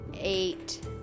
eight